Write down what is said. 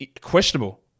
questionable